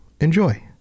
enjoy